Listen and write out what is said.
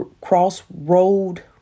crossroad